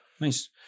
nice